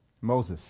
Moses